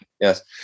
yes